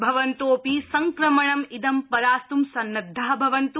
भवन्तोऽपि संक्रमणं इदं परास्त् सन्नद्वा भवन्त्